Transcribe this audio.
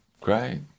Great